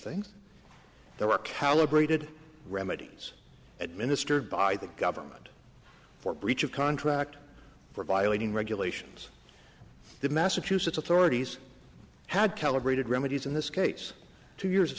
things there are calibrated remedies administered by the government for breach of contract for violating regulations the massachusetts authorities had calibrated remedies in this case two years of